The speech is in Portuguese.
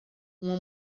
uma